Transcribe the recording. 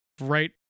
right